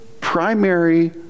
primary